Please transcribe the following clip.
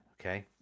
Okay